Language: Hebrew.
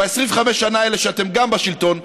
ב-25 שנה האלה שאתם גם בשלטון,